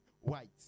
white